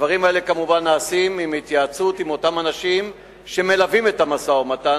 הדברים האלה נעשים כמובן בהתייעצות עם אותם אנשים שמלווים את המשא-ומתן,